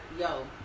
Yo